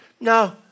no